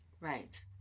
Right